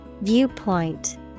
Viewpoint